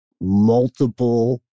multiple